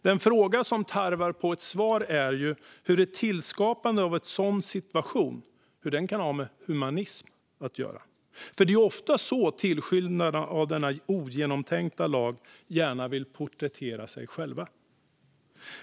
Den fråga som tarvar ett svar är hur ett tillskapande av en sådan situation kan ha med humanism att göra. Det är nämligen ofta så tillskyndarna av denna ogenomtänkta lag gärna vill porträttera sig själva.